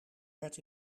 werd